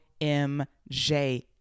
MJ